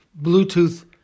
Bluetooth